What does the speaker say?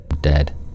Dead